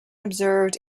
observed